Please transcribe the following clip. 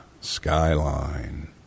skyline